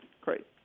Great